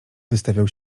wystawiał